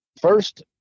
first